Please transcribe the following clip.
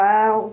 Wow